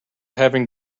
having